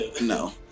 No